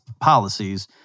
policies